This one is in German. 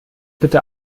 bitte